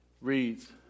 Reads